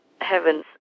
heaven's